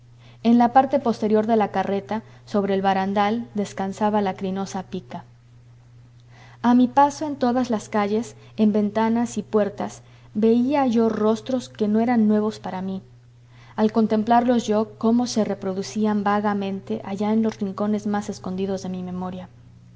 en la parte posterior de la carreta sobre el barandal descansaba la crinosa pica a mi paso en todas las calles en ventanas y puertas veía yo rostros que no eran nuevos para mí al contemplarlos yo como que se reproducían vagamente allá en los rincones más escondidos de mi memoria